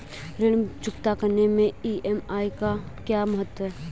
ऋण चुकता करने मैं ई.एम.आई का क्या महत्व है?